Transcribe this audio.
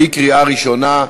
בקריאה ראשונה.